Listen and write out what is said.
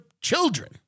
children